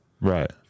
Right